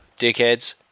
dickheads